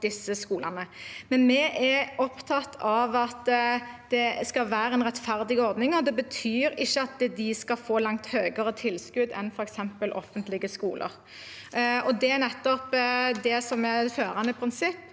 Vi er opptatt av at det skal være en rettferdig ordning, og det betyr at de ikke skal få langt høyere tilskudd enn f.eks. offentlige skoler. Det er nettopp det som er et førende prinsipp,